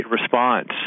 response